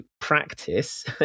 practice